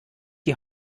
die